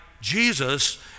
Jesus